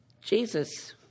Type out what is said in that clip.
Jesus